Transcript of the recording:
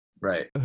right